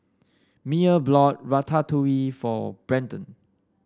Myer bought Ratatouille for Brenden